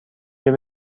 بیا